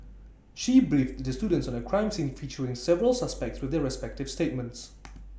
she briefed the students on A crime scene featuring several suspects with their respective statements